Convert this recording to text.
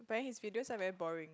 but then his videos are very boring